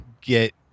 Get